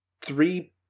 three